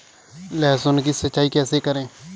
लहसुन की सिंचाई कैसे करें?